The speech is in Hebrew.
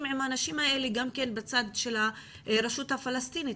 עם האנשים האלה גם בצד של הרשות הפלסטינית?